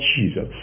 Jesus